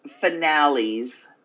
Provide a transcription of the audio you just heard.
finales